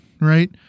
right